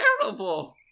terrible